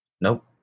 Nope